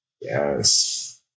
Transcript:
Yes